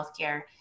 healthcare